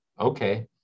Okay